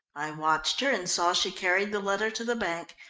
i watched her, and saw she carried the letter to the bank.